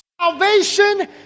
salvation